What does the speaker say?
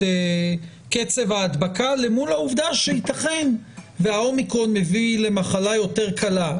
קצב ההדבקה אל מול העובדה שיתכן וה-אומיקרון מביא למחלה יותר קלה.